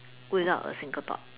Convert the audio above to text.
without a single thought